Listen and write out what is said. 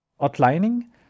outlining